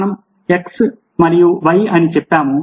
మనం x మరియు y అని చెప్పాము